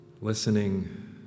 listening